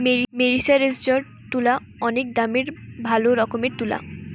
মেরিসারেসজড তুলা অনেক দামের ভালো রকমের তুলা